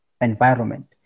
environment